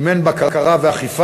אם אין בקרה ואכיפה,